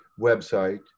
website